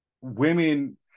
women